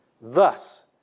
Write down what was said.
Thus